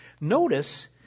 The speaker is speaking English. Notice